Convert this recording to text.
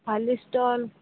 ଖାଲି ଷ୍ଟଲ୍